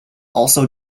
also